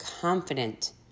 confident